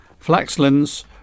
flaxlands